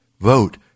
vote